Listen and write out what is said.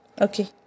okay